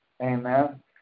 Amen